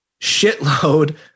shitload